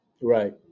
right